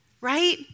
right